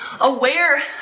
aware